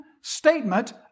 statement